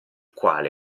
quale